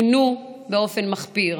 עונו באופן מחפיר,